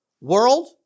world